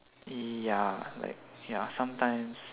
ya like ya sometimes